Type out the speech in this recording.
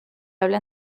habla